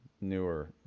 newer